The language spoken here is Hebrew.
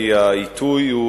כי העיתוי,